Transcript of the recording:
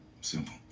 Simple